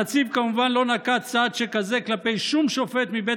הנציב כמובן לא נקט צעד שכזה כלפי שום שופט מבית